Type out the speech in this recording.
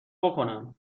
بکنم